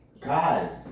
guys